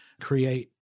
create